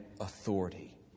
authority